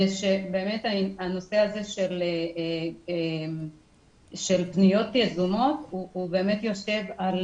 זה שבאמת הנושא הזה של פניות יזומות יושב על